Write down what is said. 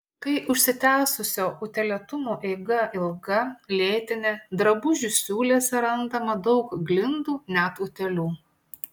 kai užsitęsusio utėlėtumo eiga ilga lėtinė drabužių siūlėse randama daug glindų net utėlių